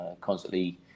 constantly